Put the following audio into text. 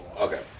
Okay